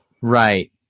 Right